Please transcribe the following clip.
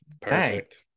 perfect